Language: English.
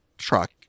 truck